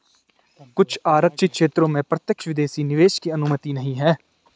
कुछ आरक्षित क्षेत्रों में प्रत्यक्ष विदेशी निवेश की अनुमति नहीं है